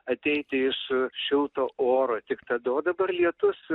ateiti iš šilto oro tik tada o dabar lietus